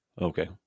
Okay